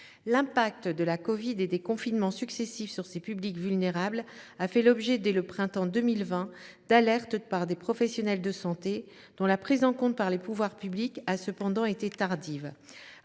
L’impact de la covid 19 et des confinements successifs sur ces publics vulnérables a fait l’objet, dès le printemps 2020, d’alertes par des professionnels de santé, dont la prise en compte par les pouvoirs publics a cependant été tardive.